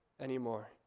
anymore